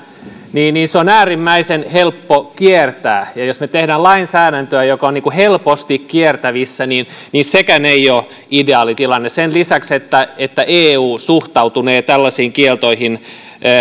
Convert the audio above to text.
niin niin se on äärimmäisen helppo kiertää ja jos me teemme lainsäädäntöä joka on helposti kierrettävissä niin niin sekään ei ole ideaalitilanne sen lisäksi että että eu suhtautunee tällaisiin kieltoihin